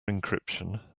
encryption